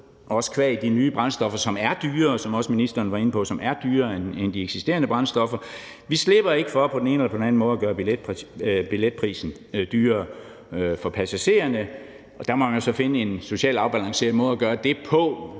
også qua de nye brændstoffer, som er dyrere, som også ministeren var inde på, end de eksisterende brændstoffer – for på den ene eller på den anden måde at gøre billetprisen dyrere for passagererne. Der må man så finde en socialt afbalanceret måde at gøre det på.